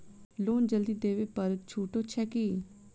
Loan जल्दी देबै पर छुटो छैक की?